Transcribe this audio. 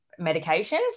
medications